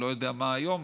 אני לא יודע מהו היום,